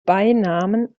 beinamen